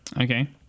Okay